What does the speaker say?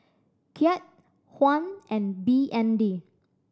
Kyat Yuan and B N D